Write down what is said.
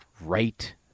right